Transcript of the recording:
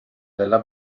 della